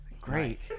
Great